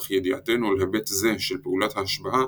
אך ידיעתנו על היבט זה של פעולת ההשבעה